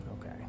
Okay